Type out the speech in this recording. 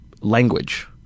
language